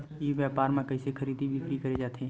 ई व्यापार म कइसे खरीदी बिक्री करे जाथे?